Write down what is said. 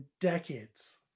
decades